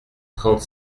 trente